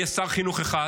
יהיה שר חינוך אחד,